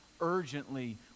urgently